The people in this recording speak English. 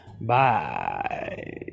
Bye